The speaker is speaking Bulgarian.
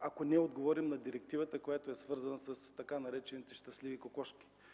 ако не отговорим на директивата, свързана с така наречените щастливи кокошки?